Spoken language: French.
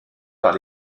par